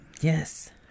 Yes